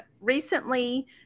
recently –